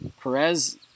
Perez